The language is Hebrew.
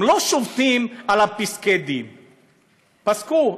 הם לא שובתים על פסקי-הדין; פסקו,